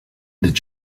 did